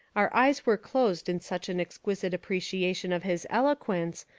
our eyes were closed in such an exquisite apprecia tion of his eloquence,